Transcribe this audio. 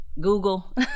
Google